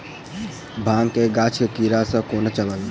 भांग केँ गाछ केँ कीड़ा सऽ कोना बचाबी?